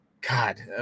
god